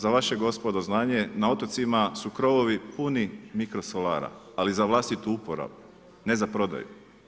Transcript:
Za vaše gospodo znanje, na otocima su krovovi puni mikrosolara, ali za vlastitu uporabu, ne za prodaju.